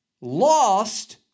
lost